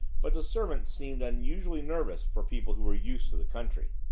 but the servants seemed unusually nervous for people who were used to the country.